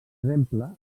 exemple